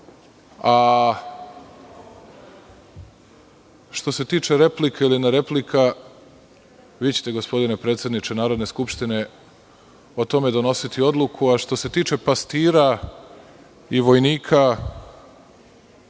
čuju. Što se tiče replika ili ne replika, vi ćete, gospodine predsedniče Narodne skupštine, o tome donositi odluku. Što se tiče pastira i vojnika,